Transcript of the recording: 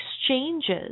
exchanges